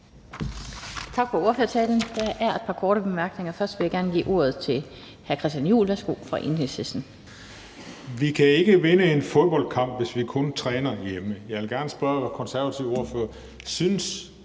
Tak for ordførertalen. Der er et par korte bemærkninger. Først vil jeg gerne give ordet til hr. Christian Juhl fra Enhedslisten. Værsgo. Kl. 16:45 Christian Juhl (EL): Vi kan ikke vinde en fodboldkamp, hvis vi kun træner hjemme. Jeg vil gerne spørge den konservative ordfører: